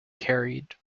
carried